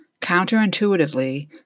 counterintuitively